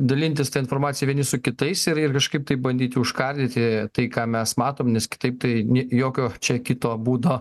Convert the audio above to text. dalintis ta informacija vieni su kitais ir ir kažkaip tai bandyt užkardyti tai ką mes matom nes kitaip tai ne jokio čia kito būdo